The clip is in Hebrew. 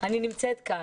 אני נמצאת כאן.